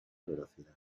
velocidad